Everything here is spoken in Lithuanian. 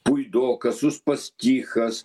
puidokas uspaskichas